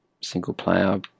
single-player